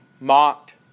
mocked